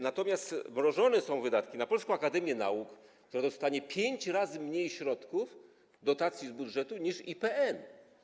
Natomiast mrożone są wydatki na Polską Akademię Nauk, która dostanie pięć razy mniej środków z dotacji z budżetu niż IPN.